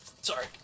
Sorry